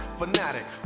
fanatic